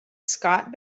scott